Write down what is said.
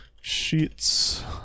sheets